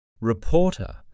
Reporter